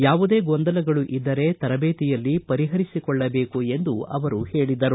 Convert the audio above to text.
ಯಾವುದೇ ಗೊಂದಲಗಳು ಇದ್ದರೆ ತರಬೇತಿಯಲ್ಲಿ ಪರಿಹರಿಸಿಕೊಳ್ಳಬೇಕು ಎಂದು ಅವರು ಹೇಳಿದರು